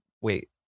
wait